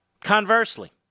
Conversely